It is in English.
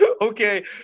Okay